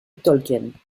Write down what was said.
tolkien